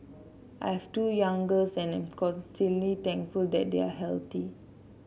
I have two young girls and constantly thankful that they are healthy